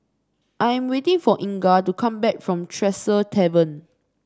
I am waiting for Inga to come back from Tresor Tavern